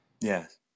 yes